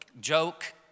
joke